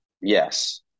Yes